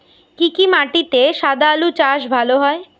কি কি মাটিতে সাদা আলু চাষ ভালো হয়?